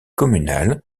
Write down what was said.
communal